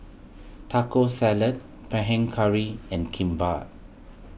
Taco Salad Panang Curry and Kimbap